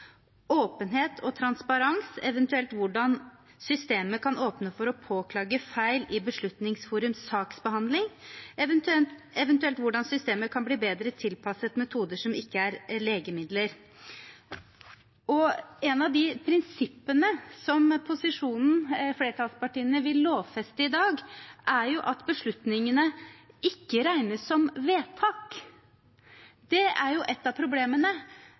åpenhet og transparens, eventuelt hvordan systemet kan åpne for å påklage feil i Beslutningsforums saksbehandling, eventuelt hvordan systemet kan bli bedre tilpasset metoder som ikke er legemidler. Et av de prinsippene som posisjonen, flertallspartiene, vil lovfeste i dag, er at beslutningene ikke regnes som vedtak. Det er jo et av problemene.